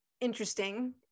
interesting